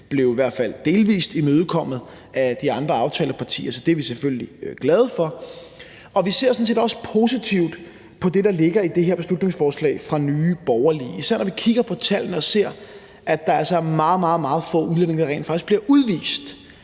blev i hvert fald delvis imødekommet af de andre aftalepartier, så det er vi selvfølgelig glade for. Vi ser sådan set også positivt på det, der ligger i det her beslutningsforslag fra Nye Borgerlige, især når vi kigger på tallene og ser, at der altså er meget, meget få udlændinge, der rent faktisk bliver udvist